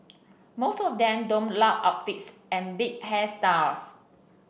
most of them donned loud outfits and big hairstyles